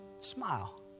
smile